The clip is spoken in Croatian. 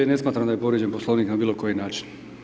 Ne smatram da je povrijeđen Poslovnik na bilo koji način.